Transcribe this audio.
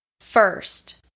first